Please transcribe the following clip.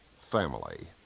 family